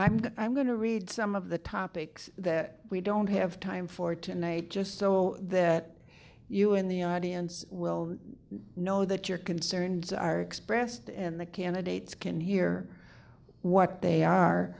i'm going to read some of the topics that we don't have time for tonight just so that you and the audience well know that your concerns are expressed and the candidates can hear what they